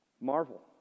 Marvel